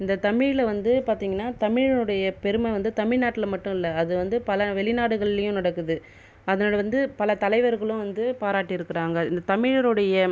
இந்த தமிழில் வந்து பார்த்தீங்னா தமிழினுடைய பெருமை வந்து தமிழ்நாட்டில் மட்டும் இல்லை அது வந்து பல வெளிநாடுகள்லேயும் நடக்குது அதில் வந்து பல தலைவர்களும் வந்து பாராட்டியிருக்குறாங்க இந்த தமிழருடைய